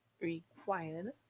required